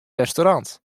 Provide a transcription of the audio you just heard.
restaurant